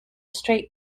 straight